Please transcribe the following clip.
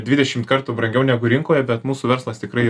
dvidešim kartų brangiau negu rinkoje bet mūsų verslas tikrai